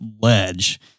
ledge